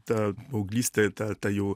ta paauglystė ta ta jau